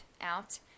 out